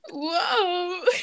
Whoa